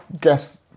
guess